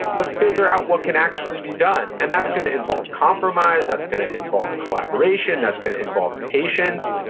but figure out what can actually be done. and that's going to involve compromise. that's going to involve collaboration. that's going to involve patience.